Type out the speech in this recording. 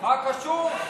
מה קשור?